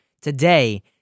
today